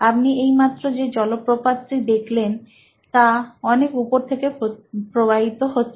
আপনি এইমাত্র যে জলপ্রপাত টি দেখলেন তা অনেক উপর থেকে প্রবাহিত হচ্ছে